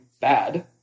bad